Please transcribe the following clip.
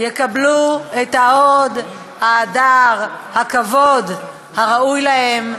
יקבלו את ההוד, ההדר, הכבוד הראוי להם,